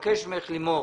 אני מבקש ממך, לימור,